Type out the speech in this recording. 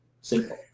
Simple